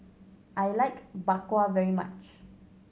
I like Bak Kwa very much